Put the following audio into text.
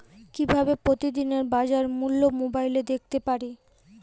কিভাবে প্রতিদিনের বাজার মূল্য মোবাইলে দেখতে পারি?